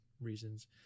reasons